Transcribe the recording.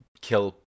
kill